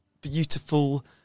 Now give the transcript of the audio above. beautiful